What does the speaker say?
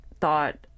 thought